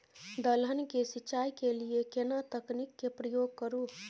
दलहन के सिंचाई के लिए केना तकनीक के प्रयोग करू?